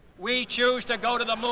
we choose to go to the moon.